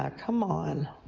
ah come on.